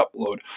upload